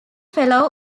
fellow